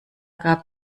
gab